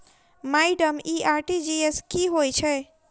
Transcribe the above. Madam इ RTGS की होइ छैय?